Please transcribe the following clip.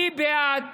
אני בעד